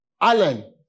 Alan